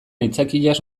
aitzakiaz